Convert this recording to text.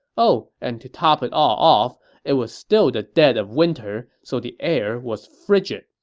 oh, and to top it all off, it was still the dead of winter, so the air was frigid.